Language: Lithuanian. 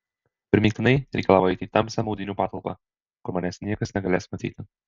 primygtinai reikalavo eiti į tamsią maudynių patalpą kur manęs niekas negalės matyti